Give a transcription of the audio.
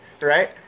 right